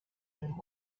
and